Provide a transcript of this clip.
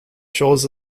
shores